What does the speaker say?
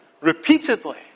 repeatedly